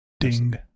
Ding